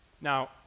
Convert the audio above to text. Now